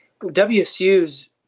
WSU's